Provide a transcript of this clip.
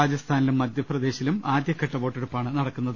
രാജ സ്ഥാനിലും മധ്യപ്രദേശിലും ആദ്യഘട്ട വോട്ടെടുപ്പാണ് നടക്കുന്നത്